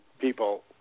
people